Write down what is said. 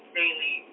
daily